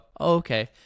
okay